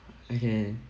okay